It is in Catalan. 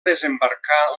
desembarcar